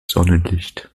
sonnenlicht